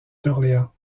d’orléans